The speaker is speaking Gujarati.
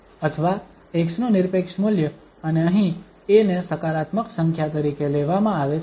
અથવા x નું નિરપેક્ષ મૂલ્ય અને અહીં a ને સકારાત્મક સંખ્યા તરીકે લેવામાં આવે છે